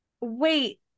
Wait